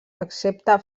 excepte